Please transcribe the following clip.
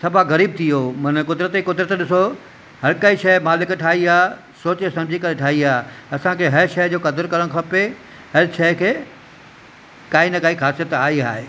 सफ़ा ग़रीब थी वियो माना कुदिरत ई कुदिरत ॾिसो हर काई शइ मालिक ठाही आहे सोचे सम्झी करे ठाही आहे असांखे हर शइ जो कदुरु करणु खपे हर शइ खे काई न काई ख़ासियत आहे ई आहे